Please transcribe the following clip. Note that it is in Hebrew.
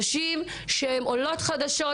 נשים שהן עולות חדשות,